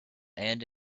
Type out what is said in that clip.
and